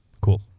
Cool